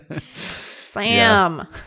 Sam